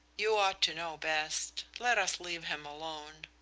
you ought to know best. let us leave him alone.